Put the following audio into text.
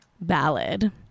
Ballad